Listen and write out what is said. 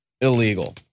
illegal